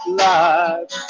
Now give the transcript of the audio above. life